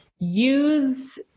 use